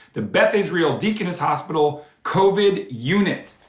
the beth israel deaconess hospital covid unit.